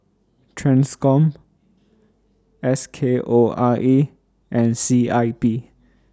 TRANSCOM S K O R A and C I P